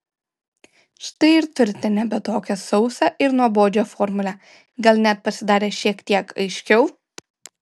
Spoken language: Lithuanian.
štai ir turite nebe tokią sausą ir nuobodžią formulę gal net pasidarė šiek tiek aiškiau